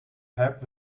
help